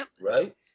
right